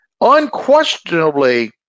Unquestionably